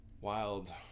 wild